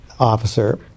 officer